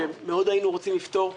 שמאוד היינו רוצים לפתור.